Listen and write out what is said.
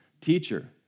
Teacher